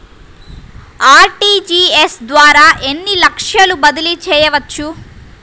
RTGS ద్వారా ఎన్ని లక్షలు బదిలీ చేయవచ్చు?